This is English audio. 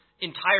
entire